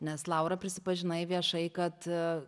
nes laura prisipažinai viešai kad